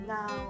Now